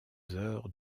heures